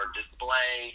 display